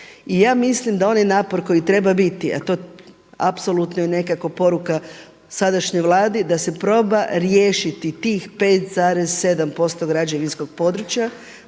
i ja mislim da onaj napor koji treba biti, a to je apsolutno nekako poruka sadašnjoj Vladi da se proba riješiti tih 5,7% građevinskog područja,